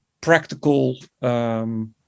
practical